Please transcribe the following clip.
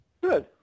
good